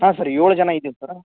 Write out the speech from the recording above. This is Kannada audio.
ಹಾಂ ಸರ್ ಏಳು ಜನ ಇದ್ದೀವಿ ಸರ್